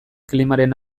klimaren